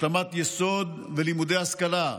השלמת יסוד ולימודי השכלה,